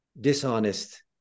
Dishonest